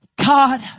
God